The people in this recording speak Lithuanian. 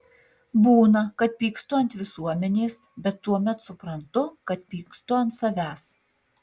būna kad pykstu ant visuomenės bet tuomet suprantu kad pykstu ant savęs